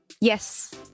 Yes